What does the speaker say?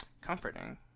comforting